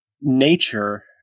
nature